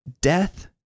death